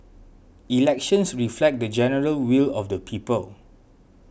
elections reflect the general will of the people